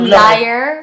liar